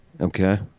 Okay